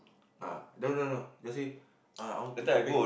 ah no no no just say ah I wanted to pay